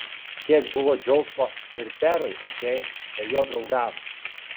kiek buvo džiaugsmo ir perui okei ir jo draugams